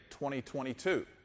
2022